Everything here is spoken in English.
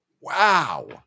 Wow